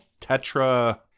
Tetra